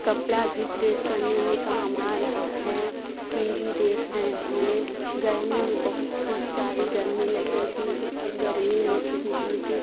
कपड़ा भी प्रेस करने में काम आ रहा है टी वी देख रहे हैं गर्मी में बहुत सारी गर्मी लग रही थी लेकिन अब गर्मी में भी बिजली की